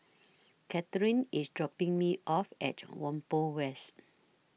Catharine IS dropping Me off At Whampoa West